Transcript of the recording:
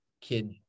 kid